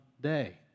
day